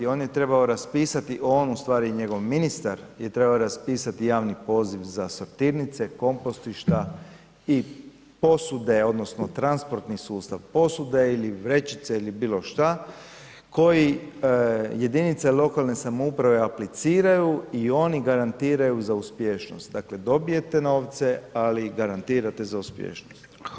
On je trebao raspisati, on ustvari i njegov ministar je trebao raspisati javni poziv za sortirnice, kompostišta i posude odnosno transportni sustav, posude ili vrećice ili bilo šta koji jedinice lokalne samouprave apliciraju i oni garantiraju za uspješnost, dakle dobijete novce, ali garantirate za uspješnost.